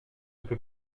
peut